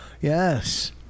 yes